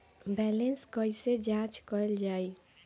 Balance कइसे जांच कइल जाइ?